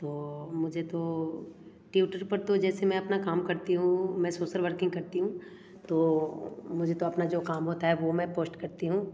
तो मुझे तो ट्विटर पर तो जैसे मैं अपना काम करती हूँ मैं सोशल वर्किंग करती हूँ तो मुझे तो अपना जो काम होता है वो मैं पोस्ट करती हूँ